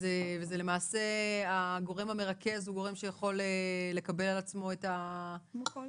למעשה הגורם המרכז הוא הגורם שיכול לקבל על עצמו את ההנחיות,